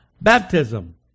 baptism